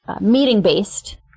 meeting-based